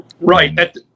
Right